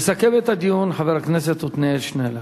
יסכם את הדיון חבר הכנסת עתניאל שנלר.